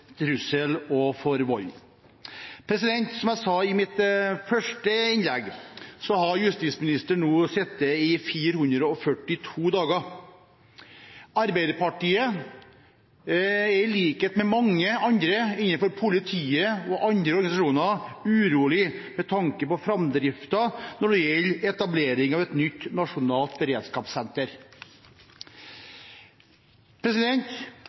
trussel og vold. Som jeg sa i mitt første innlegg, har justisministeren nå sittet i 442 dager. Arbeiderpartiet er i likhet med mange andre, innenfor politiet og andre organisasjoner, urolig med tanke på framdriften når det gjelder etableringen av et nytt nasjonalt beredskapssenter.